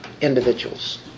individuals